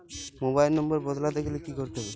Mobile number বদলাতে গেলে কি করতে হবে?